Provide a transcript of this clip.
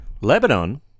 Lebanon